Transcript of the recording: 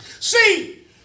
See